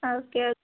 okay